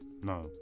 no